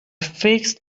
fixed